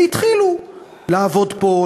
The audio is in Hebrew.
והתחילו לעבוד פה,